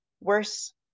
worse